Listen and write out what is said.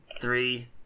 Three